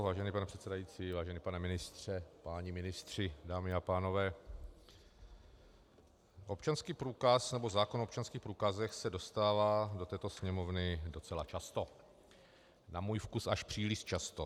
Vážený pane předsedající, vážení pane ministře, páni ministři, dámy a pánové, zákon o občanských průkazech se dostává do této Sněmovny docela často, na můj vkus až příliš často.